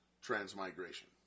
transmigration